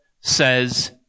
says